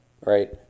right